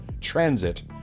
transit